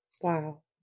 Wow